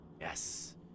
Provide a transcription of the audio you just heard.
yes